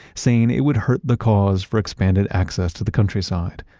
saying it would hurt the cause for expanded access to the countryside.